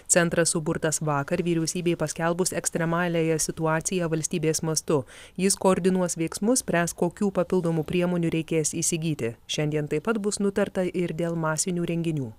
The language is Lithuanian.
centras suburtas vakar vyriausybei paskelbus ekstremaliąją situaciją valstybės mastu jis koordinuos veiksmus spręs kokių papildomų priemonių reikės įsigyti šiandien taip pat bus nutarta ir dėl masinių renginių